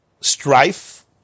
strife